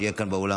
שיהיה כאן באולם.